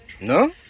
No